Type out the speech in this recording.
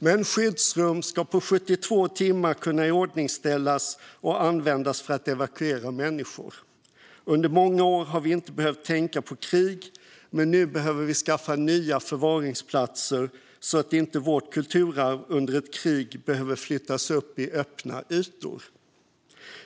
Men skyddsrum ska på 72 timmar kunna iordningsställas och användas för att evakuera människor. Under många år har vi inte behövt tänka på krig, men nu behöver vi skaffa nya förvaringsplatser så att inte vårt kulturarv under ett krig behöver flyttas ut i öppna ytor.